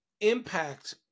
impact